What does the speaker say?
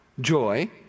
joy